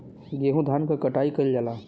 गेंहू धान क कटाई कइल जाला